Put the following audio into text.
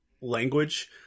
language